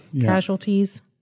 casualties